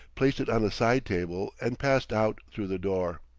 placed it on a side table, and passed out through the door.